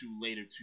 later